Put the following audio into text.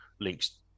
links